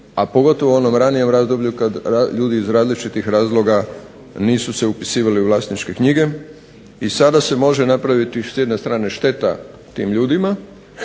a pogotovo u onom ranijem razdoblju kada ljudi iz različitih razloga nisu se upisivali u vlasničke knjige i sada se može napraviti s jedne strane šteta tim ljudima,